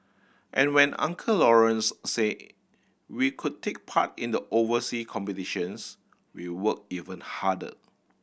and when Uncle Lawrence said we could take part in the oversea competitions we worked even harder